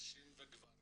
נשים וגברים